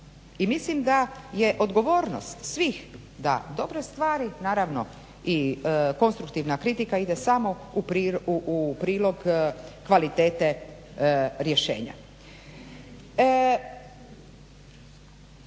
I mislim da je odgovornost svih da dobre stvari naravno i konstruktivna kritika ide samo u prilog kvalitete rješenja.